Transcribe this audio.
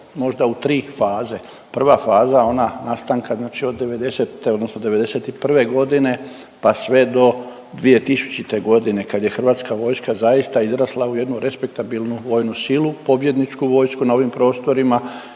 možda u tri faze. Prva faza ona nastanka znači od '90.-te odnosno '91. godine pa sve do 2000. godine kad je Hrvatska vojska zaista izrasla u jednu respektabilnu vojnu silu, pobjedničku vojsku na ovim prostorima